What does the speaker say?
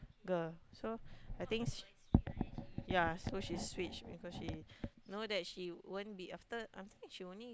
girl so I think yea so she switch because she know that she won't be after I think she only